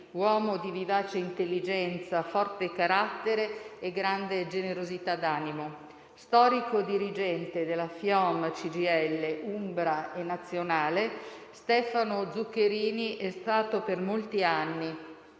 uomo di vivace intelligenza, forte carattere e grande generosità d'animo. Storico dirigente della FIOM-CGIL umbra e nazionale, Stefano Zuccherini è stato per molti anni